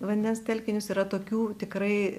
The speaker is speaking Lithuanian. vandens telkinius yra tokių tikrai